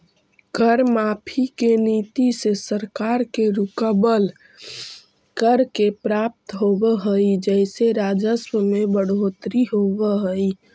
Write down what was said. कर माफी के नीति से सरकार के रुकवल, कर के प्राप्त होवऽ हई जेसे राजस्व में बढ़ोतरी होवऽ हई